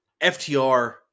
FTR